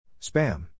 Spam